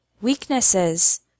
Weaknesses